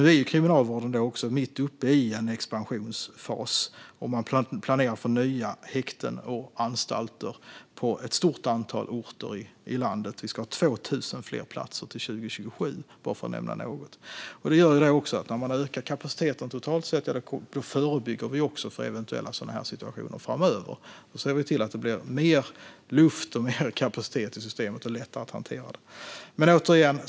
Nu är kriminalvården mitt uppe i en expansionsfas, och man planerar för nya häkten och anstalter på ett stort antal orter i landet. Vi ska ha 2 000 fler platser till 2027, bara för att nämna något. När vi ökar kapaciteten totalt sett förebygger vi också eventuella sådana här situationer framöver. Nu ser vi till att det blir mer luft och mer kapacitet i systemet och att det blir lättare att hantera.